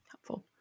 helpful